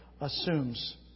assumes